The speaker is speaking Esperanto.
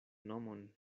nomon